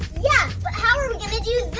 yeah, but how're we gonna do